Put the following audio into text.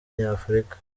nyafurika